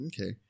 Okay